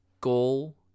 goal